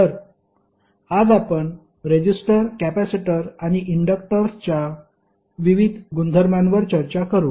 तर आज आपण रेजिस्टर कॅपेसिटर आणि इंडक्टर्सच्या विविध गुणधर्मांवर चर्चा करू